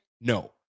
No